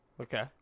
Okay